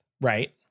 Right